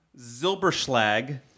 Zilberschlag